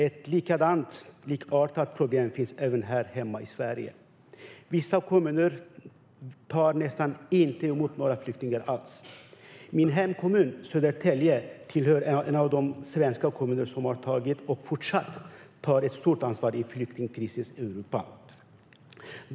Ett likartat problem finns även här hemma i Sverige. Vissa kommuner tar nästan inte emot några flyktingar alls. Min hemkommun Södertälje är en av de svenska kommuner som tagit och fortsatt tar ett stort ansvar i flyktingkrisens Europa.